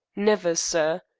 never, sir.